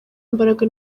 imbaraga